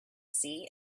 see